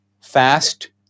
fast